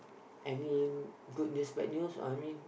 I mean good news bad news I mean